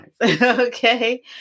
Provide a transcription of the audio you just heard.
okay